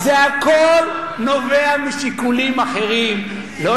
זה הכול נובע משיקולים אחרים, לא